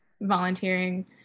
volunteering